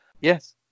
Yes